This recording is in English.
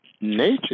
nature